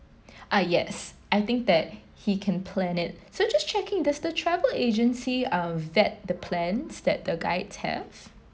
ah yes I think that he can plan it so just checking does the travel agency uh vet the plans that the guides have